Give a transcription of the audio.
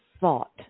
thought